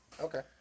okay